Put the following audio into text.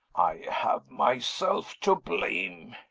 i have myself to blame,